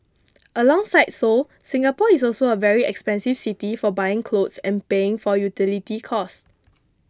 alongside Seoul Singapore is also a very expensive city for buying clothes and paying for utility costs